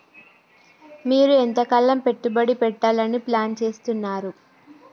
మీరు ఎంతకాలం పెట్టుబడి పెట్టాలని ప్లాన్ చేస్తున్నారు?